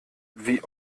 wie